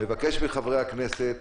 אני מבקש מחברי הכנסת,